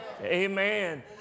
amen